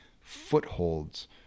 footholds